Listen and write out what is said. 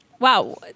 Wow